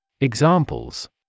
Examples